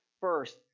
First